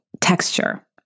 texture